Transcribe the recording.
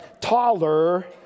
taller